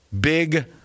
big